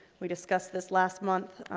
we discussed this last month.